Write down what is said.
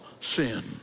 sin